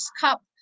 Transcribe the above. Cup